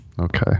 okay